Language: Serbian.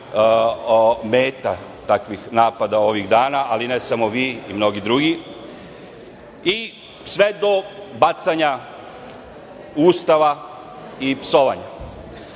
meta takvih napada ovih dana, ali ne samo vi, već i mnogi drugi, sve do bacanja Ustava i psovanja. Neko